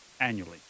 annually